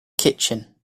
kitchen